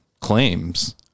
claims